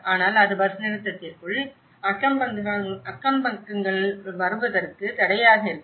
ஆனால் அது பஸ் நிறுத்தத்திற்குள் அக்கம் பக்கங்களுக்கு வருவதற்கு தடையாக இருக்கும்